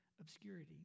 obscurity